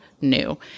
new